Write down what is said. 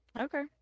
Okay